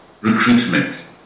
recruitment